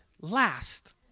last